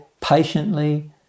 patiently